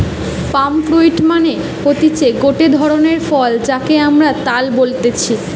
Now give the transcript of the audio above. পাম fruit মানে হতিছে গটে ধরণের ফল যাকে আমরা তাল বলতেছি